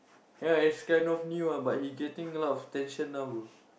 ya he's kind of new ah but he getting a lot of attention now bro